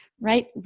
right